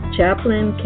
Chaplain